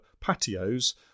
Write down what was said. patios